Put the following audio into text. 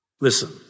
Listen